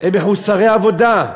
הם מחוסרי עבודה,